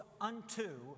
unto